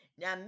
Now